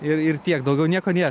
ir ir tiek daugiau nieko nėra